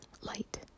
Light